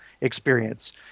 experience